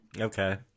Okay